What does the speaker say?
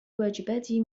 واجباتي